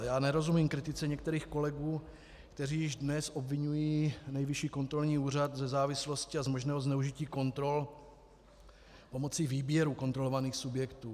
Já nerozumím kritice některých kolegů, kteří již dnes obviňují Nejvyšší kontrolní úřad ze závislosti a z možného zneužití kontrol pomocí výběru kontrolovaných subjektů.